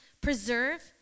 preserve